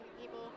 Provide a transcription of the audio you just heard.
people